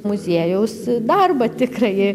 muziejaus darbą tikrai